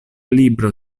libro